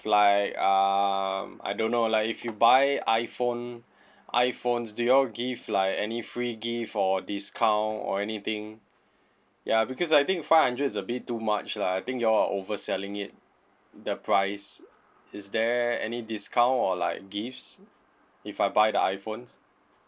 like um I don't know like if you buy iphone iphones do you all give like any free gift or discount or anything ya because I think five hundred is a bit too much lah I think you all are over selling it the price is there any discount or like gifts if I buy the iphone